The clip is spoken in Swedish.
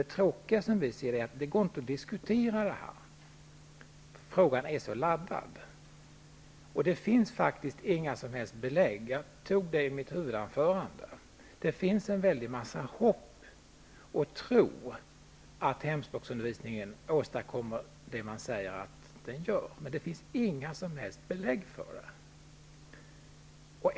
Det tråkiga är att det inte går att diskutera denna fråga, då den är så laddad. Det finns inga som helst belägg -- jag tog upp det i mitt huvudanförande -- för att komvuxundervisningen åstadkommer det som man säger att den gör, men det finns en väldig massa hopp och tro.